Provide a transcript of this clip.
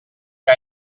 que